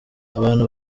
abantu